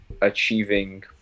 achieving